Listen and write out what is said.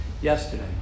yesterday